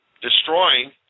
Destroying